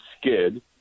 skid